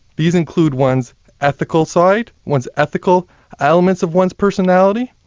these include one's ethical side, one's ethical elements of one's personality,